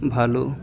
ᱵᱷᱟᱞᱳ